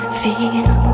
feel